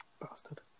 Bastard